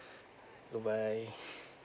good bye